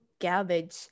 garbage